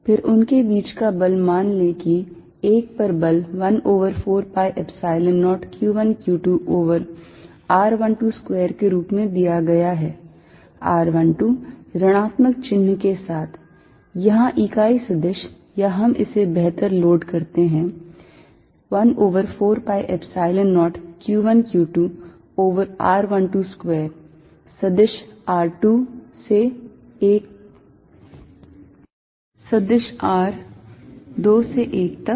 फिर उनके बीच का बल मान लें कि 1 पर बल 1 over 4 pi Epsilon 0 q1 q2 over r12 square के रूप में दिया गया है r12 ऋणात्मक चिन्ह के साथ यहाँ इकाई सदिश या हम इसे बेहतर लोड करते हैं 1 over 4 pi Epsilon 0 q1 q2 over r12 square सदिश r 2 से 1 तक